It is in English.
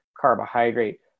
carbohydrate